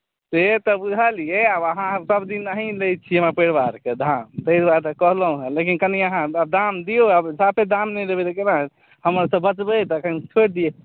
से तऽ बुझलियै आब अहाँ सभदिन अहीँ लैत छी हमर परिवारके धान ताहि दुआरे तऽ कहलहुँ हेँ लेकिन कनि अहाँ दाम दियौ आब साफे दाम नहि देबै तऽ केना हेतै हम आओर तब बचबै तखन तऽ छोड़ि दियौ